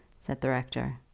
said the rector.